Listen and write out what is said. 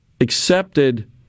accepted